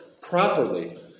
properly